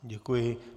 Děkuji.